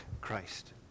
Christ